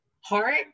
heart